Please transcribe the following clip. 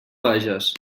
bages